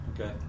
okay